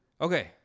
Okay